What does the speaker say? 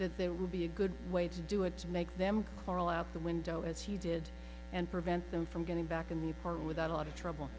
that there would be a good way to do it to make them crawl out the window as he did and prevent them from getting back in the part without a lot of trouble